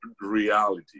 reality